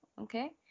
okay